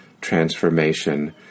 transformation